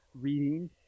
reading